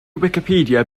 wicipedia